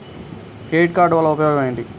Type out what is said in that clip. Credit card వల్ల ఉపయోగం ఏమిటీ?